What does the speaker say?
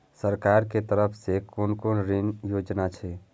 सरकार के तरफ से कोन कोन ऋण योजना छै?